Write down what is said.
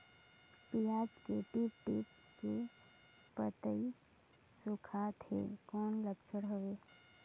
पियाज के टीप टीप के पतई सुखात हे कौन लक्षण हवे?